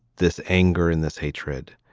this anger and this hatred.